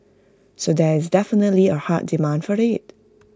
so there is definitely A hard demand for IT